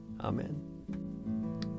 Amen